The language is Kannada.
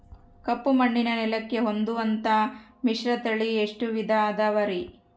ಕಪ್ಪುಮಣ್ಣಿನ ನೆಲಕ್ಕೆ ಹೊಂದುವಂಥ ಮಿಶ್ರತಳಿ ಎಷ್ಟು ವಿಧ ಅದವರಿ?